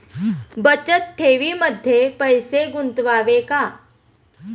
बचत ठेवीमध्ये पैसे गुंतवावे का?